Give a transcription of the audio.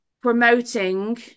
promoting